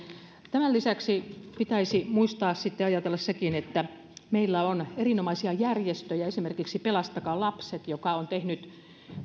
tämän lisäksi pitäisi muistaa sitten ajatella sitäkin että meillä on erinomaisia järjestöjä esimerkiksi pelastakaa lapset joka on tehnyt